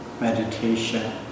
meditation